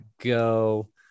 go